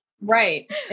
Right